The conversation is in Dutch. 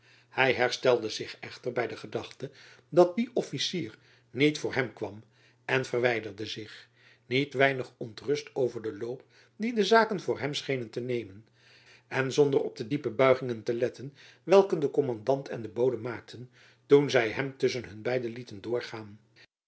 hy herstelde zich echter by de gedachte dat die officier niet voor hem kwam en verwijderde zich niet weinig ontrust over den loop dien de zaken voor hem schenen te nemen en zonder op de diepe buigingen te letten welke de kommandant en de bode maakten toen zy hem tusschen hun beide lieten doorgaan